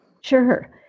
Sure